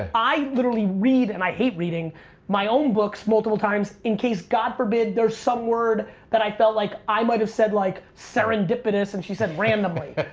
i literally read and i hate reading my own books multiple times, in case god forbid, there's some word that i felt like, i might have said like serendipitous and she said randomly.